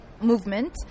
movement